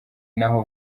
n’aho